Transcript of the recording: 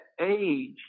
age